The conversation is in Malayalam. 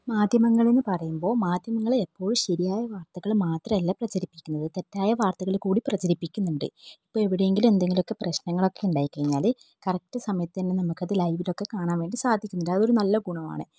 മാധ്യമങ്ങളെന്ന് പറയുമ്പോൾ മാധ്യമങ്ങൾ എപ്പോഴും ശരിയായ വാർത്തകൾ മാത്രമല്ല പ്രചരിപ്പിക്കുന്നത് തെറ്റായ വാർത്തകൾ കൂടി പ്രചരിപ്പിക്കുന്നുണ്ട് ഇപ്പോൾ എവിടെയെങ്കിലും എന്തെങ്കിലുമൊക്കെ പ്രശ്നങ്ങളൊക്കെ ഉണ്ടായിക്കഴിഞ്ഞാൽ കറക്റ്റ് സമയത്ത് തന്നെ നമുക്ക് അത് ലൈവിലൊക്കെ കാണാൻ വേണ്ടി സാധിക്കുന്നുണ്ട് അത് ഒരു നല്ല ഗുണമാണ്